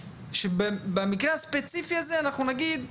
שבמקרה הספציפי הזה אנחנו נגיד,